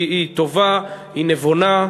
היא טובה, היא נבונה,